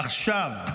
עכשיו,